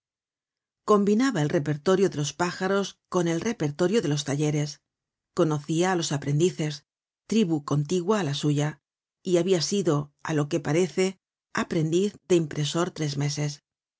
combinaba el repertorio de los pájaros con el repertorio de los talleres conocia á los aprendices tribu contigua á la suya y habia sido á lo que parece aprendiz de impresor tres meses